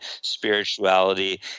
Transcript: spirituality